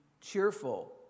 cheerful